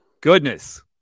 Goodness